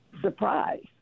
surprise